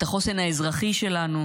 את החוסן האזרחי שלנו,